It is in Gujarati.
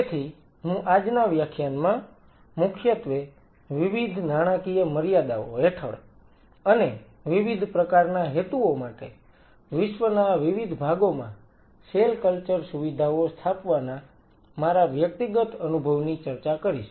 તેથી હું આજના વ્યાખ્યાનમાં મુખ્યત્વે વિવિધ નાણાકીય મર્યાદાઓ હેઠળ અને વિવિધ પ્રકારના હેતુઓ માટે વિશ્વના વિવિધ ભાગોમાં સેલ કલ્ચર સુવિધાઓ સ્થાપવાના મારા વ્યક્તિગત અનુભવની ચર્ચા કરીશ